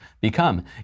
become